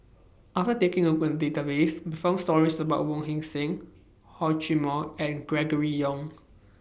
after taking A Look At The Database We found stories about Wong Heck Sing Hor Chim More and Gregory Yong